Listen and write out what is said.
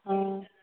ம்